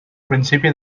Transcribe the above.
principi